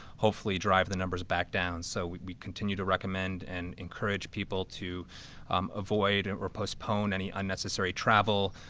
hopefully drive the numbers back down. so we continue to recommend and encourage people to um avoid and or postpone any unnecessary travel.